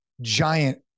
giant